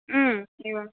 एवम्